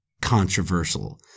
controversial